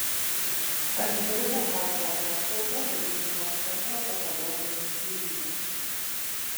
aš dirbu haifos rotšildo medicinos centro patologijos skyriuje